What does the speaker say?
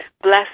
bless